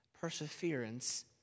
perseverance